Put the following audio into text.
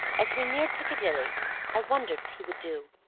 as we neared piccadilly i wondered what he would do.